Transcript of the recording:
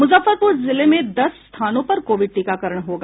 मुजफ्फरपुर जिले में दस स्थानों पर कोविड टीकाकरण होगा